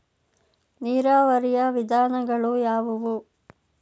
ನೀರಾವರಿಯ ವಿಧಾನಗಳು ಯಾವುವು?